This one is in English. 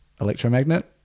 Electromagnet